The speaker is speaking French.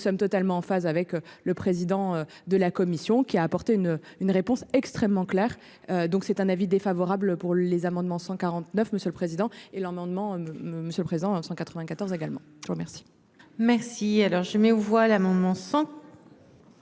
nous sommes totalement en phase avec le président de la commission qui a apporté une une réponse extrêmement clair. Donc c'est un avis défavorable pour les amendements 149 monsieur le président et l'amendement monsieur le présent 194 également, remercié.